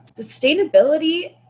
Sustainability